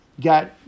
got